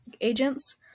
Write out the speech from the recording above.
agents